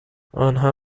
آنها